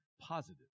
positive